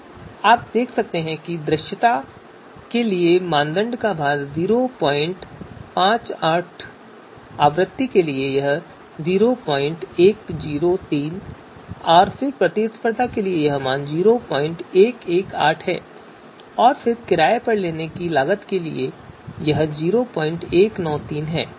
तो आप देख सकते हैं कि दृश्यता के लिए मानदंड भार 05845 आवृत्ति 01037 और फिर प्रतिस्पर्धा 01187 है और फिर किराए पर लेने की लागत 01931 है